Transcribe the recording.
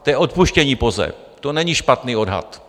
To je odpuštění POZE, to není špatný odhad.